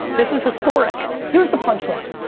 this is historic. here's the punchline.